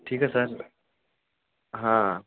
ठीक है सर हाँ